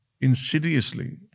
insidiously